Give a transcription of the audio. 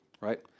right